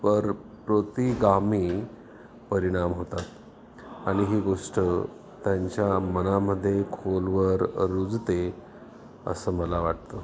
पर प्रतिगामी परिणाम होतात आणि ही गोष्ट त्यांच्या मनामध्ये खोलवर रुजते असं मला वाटतं